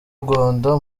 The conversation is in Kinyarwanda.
rwanda